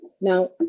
Now